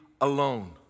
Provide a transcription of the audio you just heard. alone